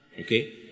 Okay